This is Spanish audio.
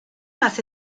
más